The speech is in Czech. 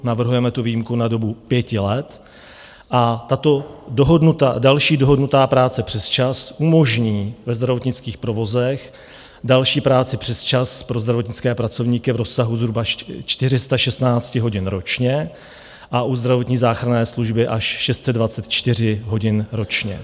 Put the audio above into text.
Navrhujeme tu výjimku na dobu pěti let a tato další dohodnutá práce přesčas umožní ve zdravotnických provozech další práci přesčas pro zdravotnické pracovníky v rozsahu zhruba 416 hodin ročně a u zdravotní záchranné služby až 624 hodin ročně.